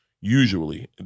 usually